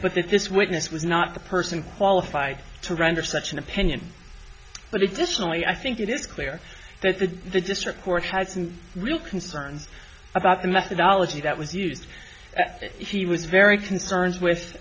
that this witness was not the person qualified to render such an opinion but it definitely i think it is clear that the the district court had some real concerns about the methodology that was used but he was very concerned